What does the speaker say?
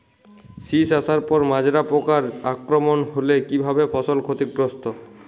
শীষ আসার পর মাজরা পোকার আক্রমণ হলে কী ভাবে ফসল ক্ষতিগ্রস্ত?